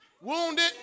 Wounded